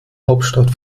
hauptstadt